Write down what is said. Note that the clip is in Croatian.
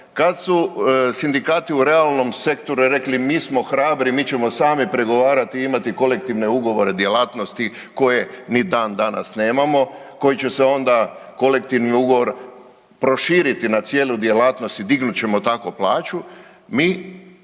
kad su sindikati u realnom sektoru rekli mi smo hrabri, mi ćemo sami pregovarati i imati kolektivne ugovore, djelatnosti koje ni dan danas nemamo koji će se onda kolektivni ugovor proširiti na cijelu djelatnost i dignut ćemo tako plaću, mi